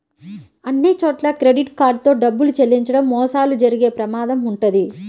అన్నిచోట్లా credit card తో డబ్బులు చెల్లించడం మోసాలు జరిగే ప్రమాదం వుంటది